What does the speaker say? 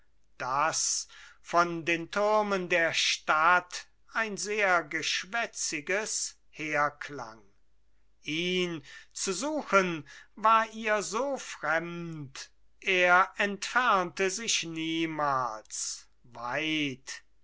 das von den türmen der stadt ein sehr geschwätziges herklang ihn zu suchen war ihr so fremd er entfernte sich niemals weit